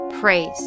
Praise